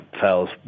fells